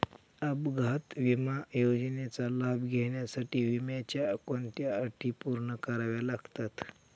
अपघात विमा योजनेचा लाभ घेण्यासाठी विम्याच्या कोणत्या अटी पूर्ण कराव्या लागतात?